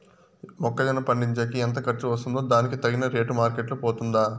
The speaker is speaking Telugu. మొక్క జొన్న పండించేకి ఎంత ఖర్చు వస్తుందో దానికి తగిన రేటు మార్కెట్ లో పోతుందా?